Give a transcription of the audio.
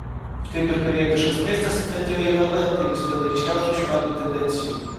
kaip ir korėjietiškas maistas bent jau jav tai bus viena ryškiausių šių metų tendencijų